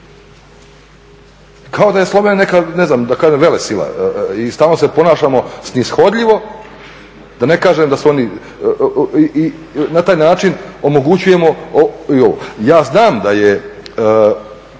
kao da je Slovenija neka velesila i stalno se ponašamo snishodljivo, da ne kažem da su oni, i na taj način omogućujemo i ovo. Ja znam da je